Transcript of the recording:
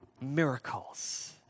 miracles